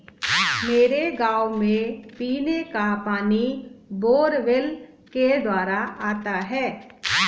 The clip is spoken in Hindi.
मेरे गांव में पीने का पानी बोरवेल के द्वारा आता है